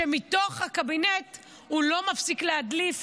שמתוך הקבינט הוא לא מפסיק להדליף,